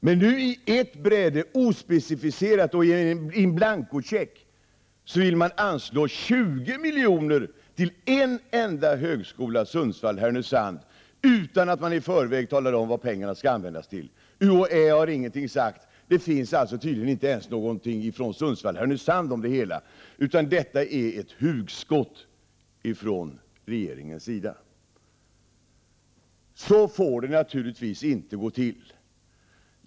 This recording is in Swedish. Men nu i ett bräde och ospecificerat och med en in blanco-check vill man anslå 20 milj.kr. till en enda högskola, nämligen Sundsvall Härnösand, utan detta är ett hugskott från regeringens sida. Så får det naturligtvis inte gå till.